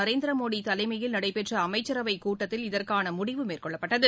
நரேந்திரமோடி தலைமையில் நடைபெற்ற அமைச்சரவை கூட்டத்தில் இதற்கான முடிவு மேற்கொள்ளப்பட்டது